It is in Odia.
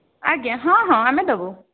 ଆଜ୍ଞା ହଁ ହଁ ଆମେ ଦେବୁ